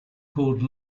called